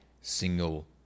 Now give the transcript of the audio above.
single